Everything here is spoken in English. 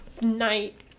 night